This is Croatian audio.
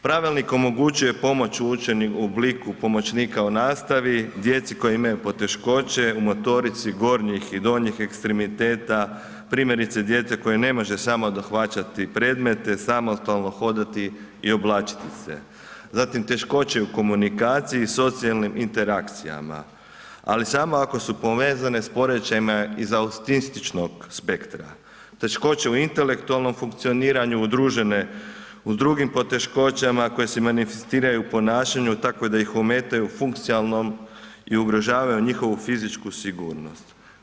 Pravilnik omogućuje pomoć u učenju u obliku pomoćnika u nastavi djeci koja imaju poteškoće u motorici gornjih i donjih ekstremiteta, primjerice dijete koje ne može samo dohvaćati predmete, samostalno hodati i oblačiti se, zatim teškoće u komunikaciji socijalnim interakcijama, ali samo ako su povezane s poremećajima iz autističnog spektra, teškoće u intelektualnom funkcioniranju udružene s drugim poteškoćama koje se manifestiraju u ponašanju, tako da ih ometaju u funkcionalnom i ugrožavaju njihovu fizičku sigurnost.